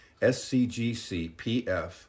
scgcpf